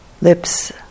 lips